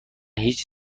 هیچ